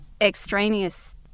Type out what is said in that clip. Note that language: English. extraneous